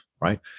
right